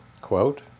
quote